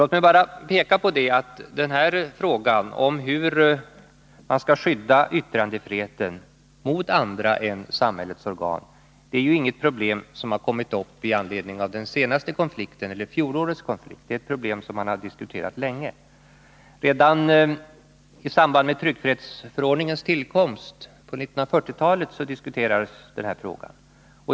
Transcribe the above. Låt mig bara peka på att den här frågan, om hur man skall skydda yttrandefriheten mot andra än samhällets organ, inte gäller något problem som har kommit upp i anledning av den senaste konflikten eller fjolårets konflikt, utan det är ett problem som har diskuterats länge. Redan i samband med tryckfrihetsförordningens tillkomst på 1940-talet diskuterades frågan.